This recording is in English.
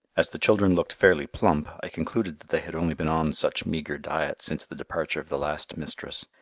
as the children looked fairly plump, i concluded that they had only been on such meagre diet since the departure of the last mistress.